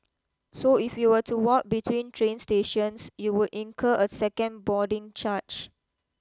so if you were to walk between train stations you would incur a second boarding charge